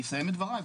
אני אסיים את דבריי.